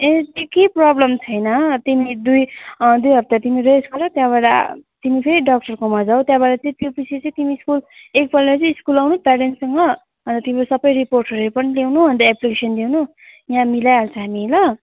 ए त्यो केही प्रोब्लम छैन तिमी दुई दुई हफ्ता रेस्ट गर त्यहाँबाट तिमी फेरि डक्टरकोमा जाऊ त्यहाँबाट त्योपिछे चाहिँ तिमी स्कुल एकपल्ट चाहिँ स्कुल आउनू प्यारेन्ट्ससँग अनि त तिम्रो सबै रिपोर्टहरू पनि ल्याउनू अनि त एप्लिकेसन ल्याउनू यहाँ मिलाइहाल्छ हामी ल